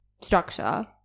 structure